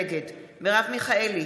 נגד מרב מיכאלי,